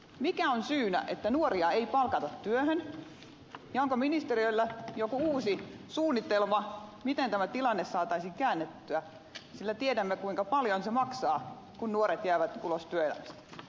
mikä on syynä että nuoria ei palkata työhön ja onko ministeriöllä jokin uusi suunnitelma miten tämä tilanne saataisiin käännettyä sillä tiedämme kuinka paljon se maksaa kun nuoret jäävät ulos työelämästä